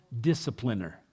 discipliner